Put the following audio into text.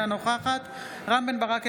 אינה נוכחת רם בן ברק,